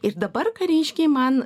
ir dabar kariškiai man